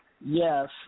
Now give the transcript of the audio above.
Yes